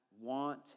want